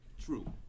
True